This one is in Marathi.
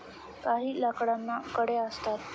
काही लाकडांना कड्या असतात